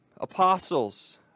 apostles